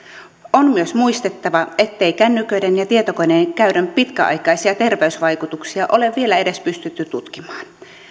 on myös muistettava ettei kännyköiden ja tietokoneiden käytön pitkäaikaisia terveysvaikutuksia ole vielä edes pystytty tutkimaan